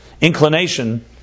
inclination